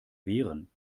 wehren